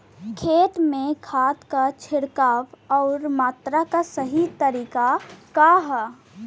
खेत में खाद क छिड़काव अउर मात्रा क सही तरीका का ह?